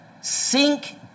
Sink